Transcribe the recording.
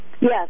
Yes